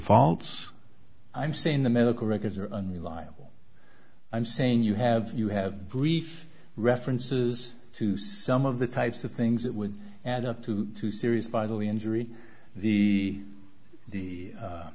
faults i'm saying the medical records are unreliable i'm saying you have you have brief references to some of the types of things that would add up to two serious vitaliy injury the